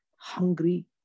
hungry